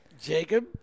Jacob